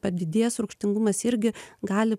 padidėjęs rūgštingumas irgi gali